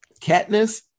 Katniss